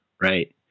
Right